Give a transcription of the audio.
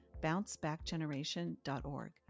bouncebackgeneration.org